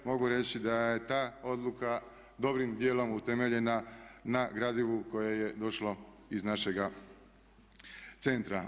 Mogu reći da je ta odluka dobrim dijelom utemeljena na gradivu koje je došlo iz našega centra.